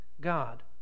God